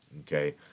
okay